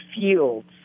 fields